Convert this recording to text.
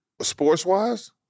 Sports-wise